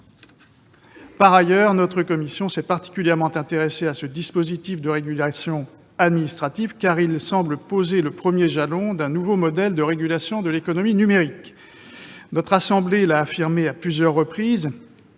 Par ailleurs, la commission s'est particulièrement intéressée à ce dispositif en ce qu'il semble poser le premier jalon d'un nouveau modèle de régulation de l'économie numérique. Notre assemblée l'a affirmé à plusieurs reprises,